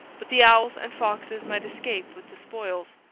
but the owls and foxes might escape with the spoils.